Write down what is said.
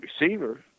receiver